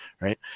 right